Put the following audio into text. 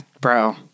bro